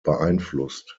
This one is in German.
beeinflusst